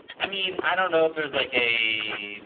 i mean, i don't know if there's like a,